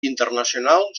internacional